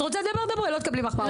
את רוצה לדבר דברי לא תקבלי מחמאות,